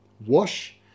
wash